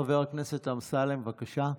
חבר הכנסת אמסלם, בבקשה.